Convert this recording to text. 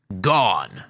gone